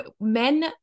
Men